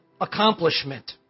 accomplishment